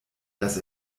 dass